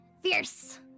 Fierce